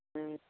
ம்